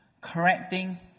correcting